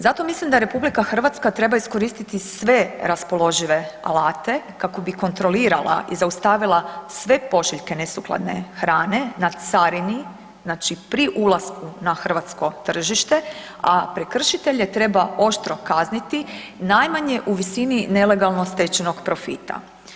Zato mislim da RH treba iskoristiti sve raspoložive alate kako bi kontrolirala i zaustavila sve pošiljke nesukladne hrane na carini znači pri ulasku na hrvatsko tržište, a prekršitelje treba oštro kazniti najmanje u visini nelegalno stečenog profita.